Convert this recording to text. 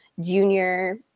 junior